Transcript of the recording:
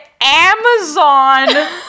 amazon